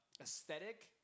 aesthetic